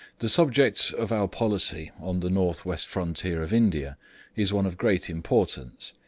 the subject of our policy on the north-west frontier of india is one of great importance,